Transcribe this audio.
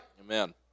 Amen